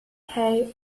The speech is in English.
hay